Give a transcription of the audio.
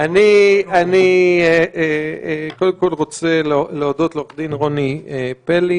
אני רוצה להודות לעורכת דין רוני פלי.